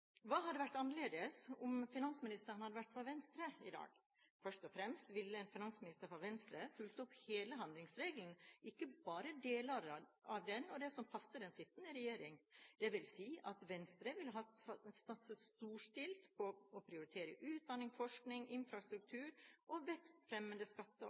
Hva hadde vært annerledes om finansministeren hadde vært fra Venstre i dag? Først og fremst ville en finansminister fra Venstre fulgt opp hele handlingsregelen, ikke bare deler av den, og det som passer den sittende regjering. Det vil si at Venstre ville ha satset storstilt på å prioritere utdanning, forskning,